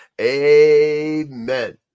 amen